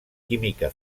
química